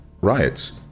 riots